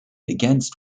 against